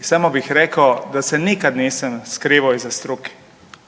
I samo bih rekao da se nikad nisam skrivao iza struke,